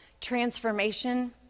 transformation